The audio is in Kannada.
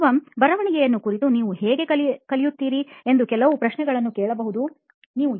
ಶುಭಂ ಬರವಣಿಗೆಯ ಕುರಿತು ಮತ್ತು ನೀವು ಹೇಗೆ ಕಲಿಯುತ್ತೀರಿ ಎಂದು ಕೆಲವೇ ಪ್ರಶ್ನೆಗಳನ್ನೂ ಕೇಳಬಹುದೇ